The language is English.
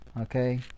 okay